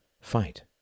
fight